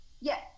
yes